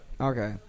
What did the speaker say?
Okay